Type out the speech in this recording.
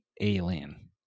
alien